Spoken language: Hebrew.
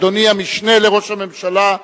אדוני המשנה לראש הממשלה,